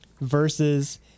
versus